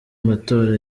matora